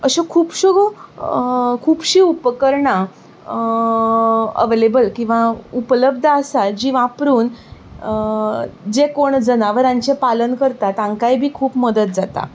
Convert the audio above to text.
अश्यो खुबश्यो खुबशीं उपकरणां अवेलेबल किंवां उपलबध्द आसा जीं वापरून जे कोण जनावरांचें पालन करता तांकांय बी खूब मदत जाता